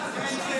אני.